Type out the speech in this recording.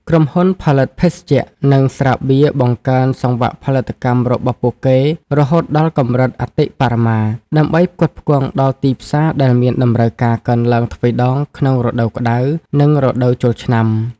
ក្រុមហ៊ុនផលិតភេសជ្ជៈ និងស្រាបៀរបង្កើនសង្វាក់ផលិតកម្មរបស់ពួកគេរហូតដល់កម្រិតអតិបរមា ដើម្បីផ្គត់ផ្គង់ដល់ទីផ្សារដែលមានតម្រូវការកើនឡើងទ្វេដងក្នុងរដូវក្តៅ និងរដូវចូលឆ្នាំ។